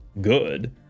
good